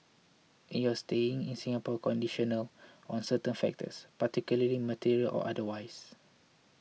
in your staying in Singapore conditional on certain factors particularly material or otherwise